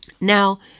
Now